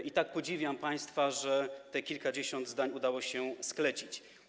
I tak podziwiam państwa, że te kilkadziesiąt zdań udało się sklecić.